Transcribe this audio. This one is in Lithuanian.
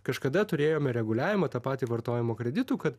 kažkada turėjome reguliavimą tą patį vartojimo kreditų kad